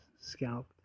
scalped